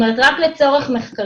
זאת אומרת רק לצורך מחקרי,